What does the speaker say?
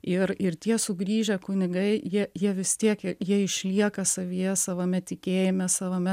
ir ir tie sugrįžę kunigai jie jie vis tiek jie išlieka savyje savame tikėjime savame